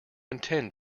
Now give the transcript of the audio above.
intend